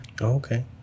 okay